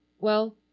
Well